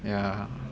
yeah